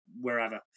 wherever